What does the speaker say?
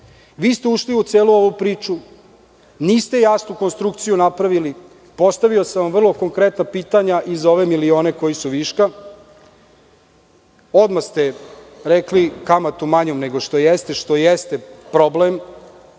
Vi ste ušli u celu ovu priču, a niste jasnu konstrukciju napravili. Postavio sam vam vrlo konkretna pitanja i za ove milione koji su viška. Odmah ste rekli kamatu manju nego što jeste, što jeste problem. Mislim